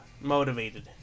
motivated